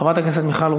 חברת הכנסת מיכל רוזין,